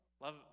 love